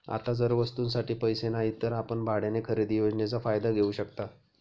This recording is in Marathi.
आता जर वस्तूंसाठी पैसे नाहीत तर आपण भाड्याने खरेदी योजनेचा फायदा घेऊ शकता